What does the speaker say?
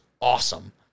awesome